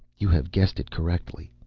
you have guessed it correctly.